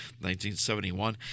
1971